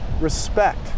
respect